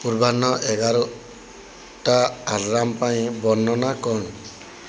ପୂର୍ବାହ୍ନ ଏଗାରଟା ଆଲାର୍ମ ପାଇଁ ବର୍ଣ୍ଣନା କ'ଣ